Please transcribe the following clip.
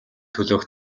төлөөх